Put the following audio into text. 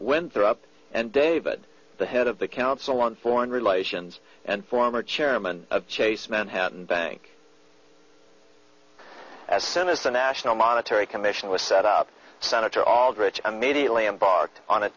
up and david the head of the council on foreign relations and former chairman of chase manhattan bank as soon as the national monetary commission was set up senator aldrich immediately embarked on a